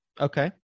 Okay